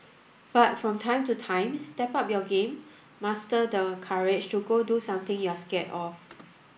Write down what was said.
but from time to time step up your game muster the courage to go do something you're scared of